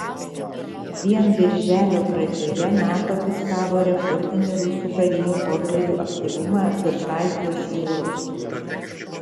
vien birželio pradžioje nato fiksavo rekordinį rusų karinių orlaivių aktyvumą virš baltijos jūros